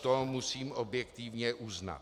To musím objektivně uznat.